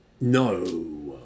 No